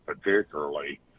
particularly